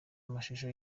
amashusho